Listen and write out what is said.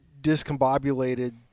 discombobulated